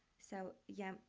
so yeah,